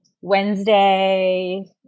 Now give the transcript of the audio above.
Wednesday